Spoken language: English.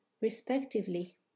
respectively